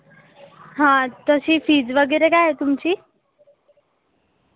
हां तशी फिज वगैरे काय आहे तुमची